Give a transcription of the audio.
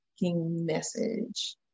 message